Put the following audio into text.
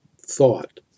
thought